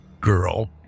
girl